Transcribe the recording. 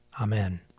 Amen